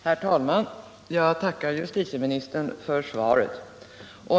Herr talman! Jag tackar justitieministern för svaret.